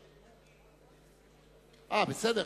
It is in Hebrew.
בסדר,